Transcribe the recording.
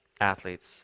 athletes